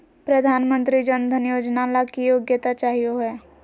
प्रधानमंत्री जन धन योजना ला की योग्यता चाहियो हे?